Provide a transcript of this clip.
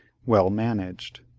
well managed.